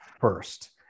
first